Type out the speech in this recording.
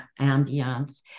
ambience